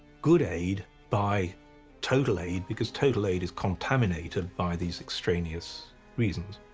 good aid by total aid because total aid is contaminated by these extraneous reasons.